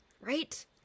Right